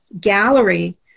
gallery